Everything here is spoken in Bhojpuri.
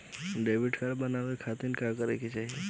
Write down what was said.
डेबिट कार्ड बनवावे खातिर का का चाही?